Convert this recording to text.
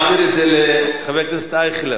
חבר הכנסת אייכלר,